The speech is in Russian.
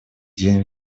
день